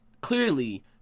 clearly